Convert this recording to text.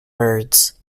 birds